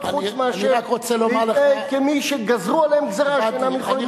חוץ מאשר להתנהג כמי שגזרו עליהם גזירה שאינם יכולים לעמוד בה.